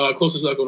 Closest